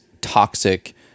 toxic